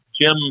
Jim